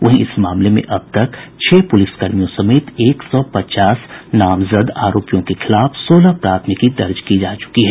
वहीं इस मामले में अब तक छह पुलिसकर्मियों समेत एक सौ पचास नामजद आरोपियों के खिलाफ सोलह प्राथमिकी दर्ज की जा चुकी है